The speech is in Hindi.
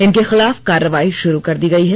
इनके खिलाफ कार्रवाई शुरू कर दी गई है